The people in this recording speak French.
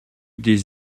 des